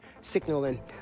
Signaling